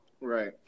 Right